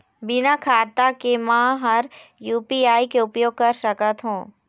बिना खाता के म हर यू.पी.आई के उपयोग कर सकत हो?